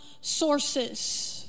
sources